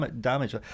damage